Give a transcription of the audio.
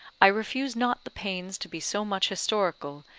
i refuse not the pains to be so much historical,